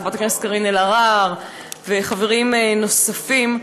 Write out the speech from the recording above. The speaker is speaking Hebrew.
חברת הכנסת קארין אלהרר וחברים נוספים,